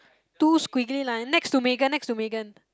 two squiggly line next to Mei Gan next to Mei Gan